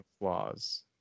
flaws